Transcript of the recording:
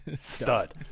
Stud